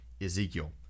Ezekiel